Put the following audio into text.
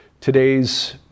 today's